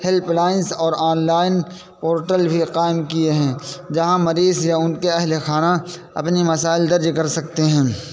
help lines اور online portal بھی قائم کیے ہیں جہاں مریض یا ان کے اہل خانہ اپنی مسائل درج کر سکتے ہیں